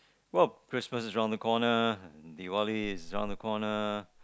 well Christmas is around the corner and Deepavali is around the corner